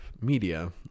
media